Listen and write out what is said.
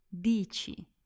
dici